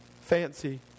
fancy